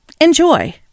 Enjoy